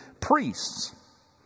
priests